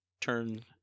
turn